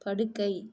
படுக்கை